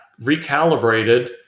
recalibrated